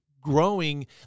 growing